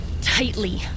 Tightly